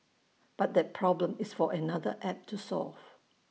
but that problem is for another app to solve